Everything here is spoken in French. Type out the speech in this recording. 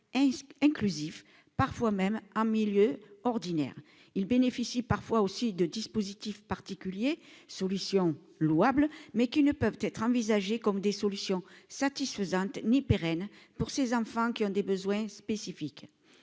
et inclusif, parfois même en milieu ordinaire, ils bénéficient parfois aussi de dispositifs particuliers solution louable mais qui ne peuvent être envisagés comme des solutions satisfaisantes ni pérenne pour ses enfants qui ont des besoins spécifiques,